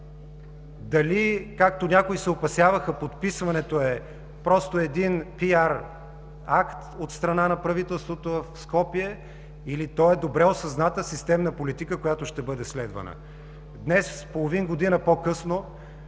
Дали, както някои се опасяваха, подписването е просто един пиар акт от страна на правителството в Скопие, или то е добре осъзната системна политика, която ще бъде следвана? Днес, половин година по-късно,